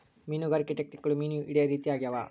ಮೀನುಗಾರಿಕೆ ಟೆಕ್ನಿಕ್ಗುಳು ಮೀನು ಹಿಡೇ ರೀತಿ ಆಗ್ಯಾವ